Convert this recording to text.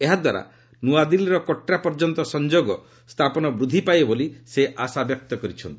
ଏହାଦ୍ୱାରା ନୂଆଦିଲ୍ଲୀରୁ କଟ୍ରା ପର୍ଯ୍ୟନ୍ତ ସଂଯୋଗ ସ୍ଥାପନ ବୃଦ୍ଧି ପାଇବ ବୋଲି ଶ୍ରୀ ମୋଦି ଆଶାବ୍ୟକ୍ତ କରିଛନ୍ତି